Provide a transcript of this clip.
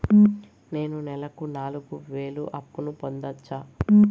నేను నెలకు నాలుగు వేలు అప్పును పొందొచ్చా?